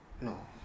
no